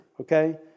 Okay